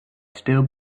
still